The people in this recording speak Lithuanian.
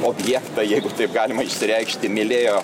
objektą jeigu taip galima išsireikšti mylėjo